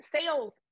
sales